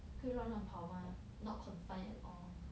可以乱乱跑 mah not confined at all